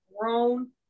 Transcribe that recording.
grown